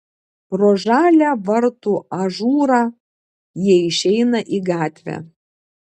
pro žalią vartų ažūrą jie išeina į gatvę